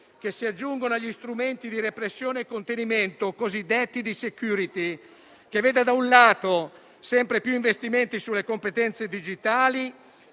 che si aggiungono agli strumenti di repressione e contenimento, cosiddetti di *security*, che vedrà da un lato sempre più investimenti sulle competenze digitali